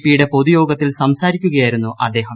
പിയുടെ പൊതുയോഗത്തിൽ സംസാരിക്കുകയായിരുന്നു അദ്ദേഹം